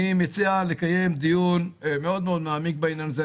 אני מציע לקיים דיון מאוד מאוד מעמיק בעניין הזה,